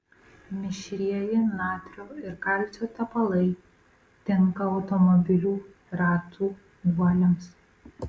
mišrieji natrio ir kalcio tepalai tinka automobilių ratų guoliams